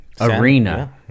arena